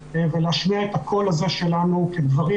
ולהשמיע את הקול הזה שלנו כגברים,